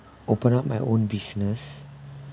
open up my own business